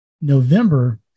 November